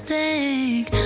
take